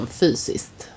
fysiskt